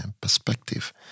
perspective